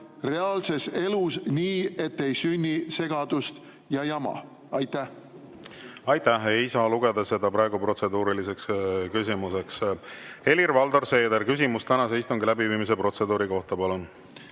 reaalses elus nii, et ei sünni segadust ja jama? Aitäh! Ei saa lugeda seda protseduuriliseks küsimuseks. Helir-Valdor Seeder, küsimus tänase istungi läbiviimise protseduuri kohta, palun!